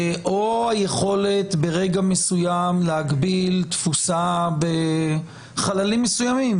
או היכולת ברגע מסוימת להגביל תפוסה בחללים מסוימים,